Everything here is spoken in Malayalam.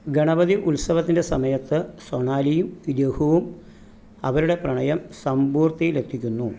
ഗണപതി ഉത്സവത്തിൻ്റെ സമയത്ത് സോണാലിയും രഘുവും അവരുടെ പ്രണയം സമ്പൂർത്തിയിലെത്തിക്കുന്നു